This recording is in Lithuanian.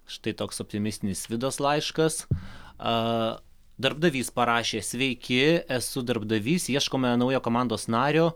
štai toks optimistinis vidos laiškas darbdavys parašė sveiki esu darbdavys ieškome naujo komandos nario